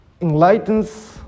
enlightens